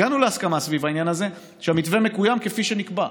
הגענו להסכמה סביב העניין הזה שהמתווה מקוים כפי שנקבע,